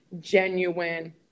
genuine